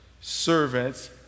Servants